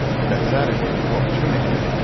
but that saturday before katrina hit,